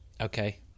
Okay